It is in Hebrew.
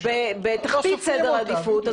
בתחתית סדר עדיפות,